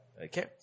Okay